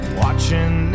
watching